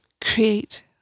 create